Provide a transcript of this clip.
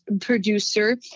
producer